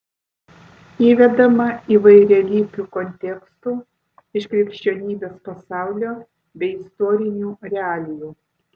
įvedama įvairialypių kontekstų iš krikščionybės pasaulio bei istorinių realijų